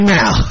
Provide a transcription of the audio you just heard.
now